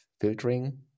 filtering